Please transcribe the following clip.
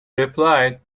replied